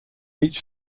each